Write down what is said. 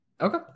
okay